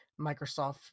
Microsoft